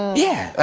yeah,